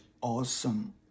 awesome